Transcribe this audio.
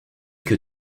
que